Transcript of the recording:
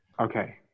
Okay